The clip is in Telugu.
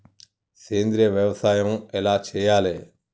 సేంద్రీయ వ్యవసాయం ఎలా చెయ్యాలే?